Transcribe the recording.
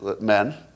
men